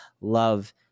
love